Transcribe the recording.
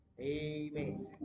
Amen